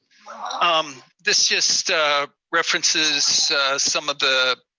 um this just ah references some of the